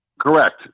Correct